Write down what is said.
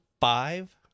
five